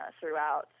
throughout